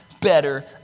better